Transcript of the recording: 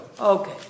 Okay